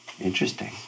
Interesting